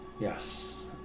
yes